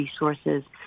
resources